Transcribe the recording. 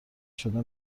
شده